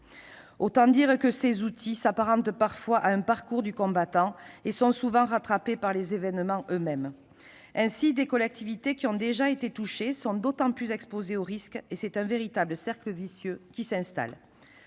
Autant dire que le recours à ces outils s'apparente parfois à un parcours du combattant et que leurs utilisateurs sont souvent rattrapés par les événements eux-mêmes. Ainsi, des collectivités qui ont déjà été touchées sont d'autant plus exposées aux risques, et c'est un véritable cercle vicieux qui s'installe.